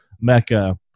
Mecca